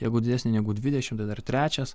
jeigu didesnė negu dvidešimt tai dar trečias